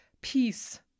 peace